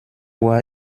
uhr